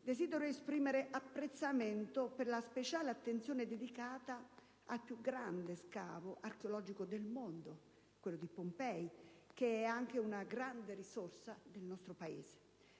desidero esprimere apprezzamento per la speciale attenzione dedicata al più grande scavo archeologico del mondo, quello di Pompei, che è anche una grande risorsa del nostro Paese.